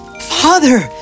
Father